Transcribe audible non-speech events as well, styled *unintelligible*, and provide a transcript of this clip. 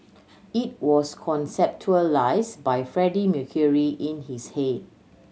it was *unintelligible* by Freddie Mercury in his head